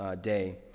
day